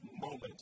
moment